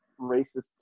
racist